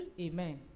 Amen